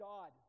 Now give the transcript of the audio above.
God